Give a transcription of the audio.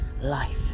Life